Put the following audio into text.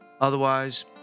Otherwise